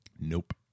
Nope